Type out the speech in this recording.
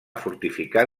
fortificar